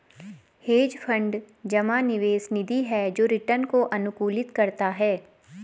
hedge fund जमा निवेश निधि है जो रिटर्न को अनुकूलित करता है